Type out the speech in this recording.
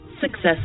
Success